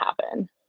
happen